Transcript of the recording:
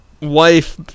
wife